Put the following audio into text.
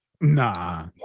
Nah